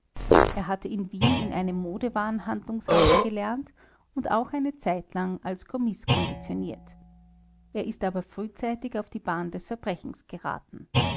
er hatte in wien in einem modewarenhandlungshause gelernt und auch eine zeitlang als kommis konditioniert er ist aber frühzeitig auf die bahn des verbrechens geraten